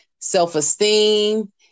self-esteem